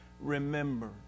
remember